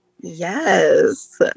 Yes